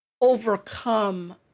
overcome